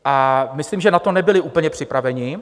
A myslím, že na to nebyli úplně připravení.